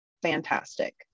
fantastic